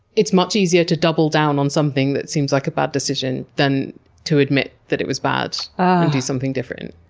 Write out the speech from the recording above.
it's much easier to double down on something that seems like a bad decision than to admit that it was bad and do something different.